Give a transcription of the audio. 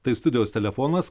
tai studijos telefonas